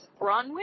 Bronwyn